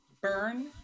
burn